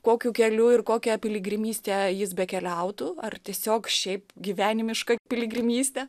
kokiu keliu ir kokią piligrimystę jis bekeliautų ar tiesiog šiaip gyvenimiška piligrimystė